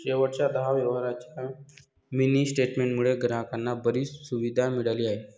शेवटच्या दहा व्यवहारांच्या मिनी स्टेटमेंट मुळे ग्राहकांना बरीच सुविधा मिळाली आहे